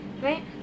right